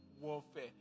warfare